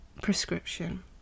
prescription